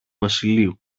βασιλείου